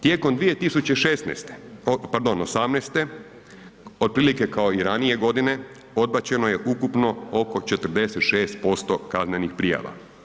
Tijekom 2016., pardon '18.-te otprilike kao i ranije godine odbačeno je ukupno oko 46% kaznenih prijava.